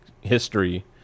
history